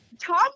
Tom